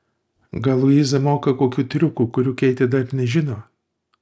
gal luiza moka kokių triukų kurių keitė dar nežino